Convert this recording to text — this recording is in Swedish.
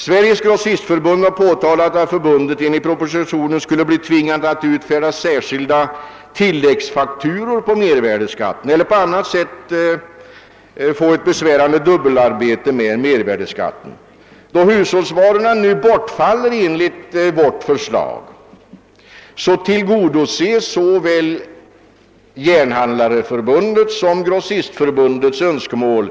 Sveriges grossistförbund har påtalat att dess medlemmar enligt propositionen skulle bli tvingade att utfärda särskilda tilläggsfakturor på mervärdeskatten eller på annat sätt åsamkas ett besvärande dubbelarbete. Då hushållsvarorna nu bortfaller enligt utskottets förslag tillgodoses såväl Järnhandlareförbundets som Grossistförbundets önskemål.